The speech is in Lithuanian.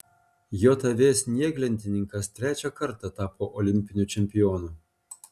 jav snieglentininkas trečią kartą tapo olimpiniu čempionu